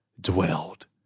dwelled